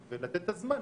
ולתת את הזמן,